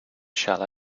shall